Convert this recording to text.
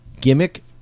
gimmick